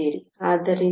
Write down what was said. ಆದ್ದರಿಂದ ΔT 7